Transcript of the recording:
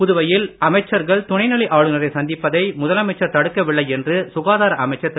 புதுவையில் அமைச்சர்கள் துணைநிலை ஆளுநரை சந்திப்பதை முதலமைச்சர் தடுக்கவில்லை என்று சுகாதார அமைச்சர் திரு